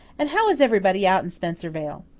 and how is everybody out in spencervale?